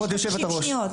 יש לך 60 שניות.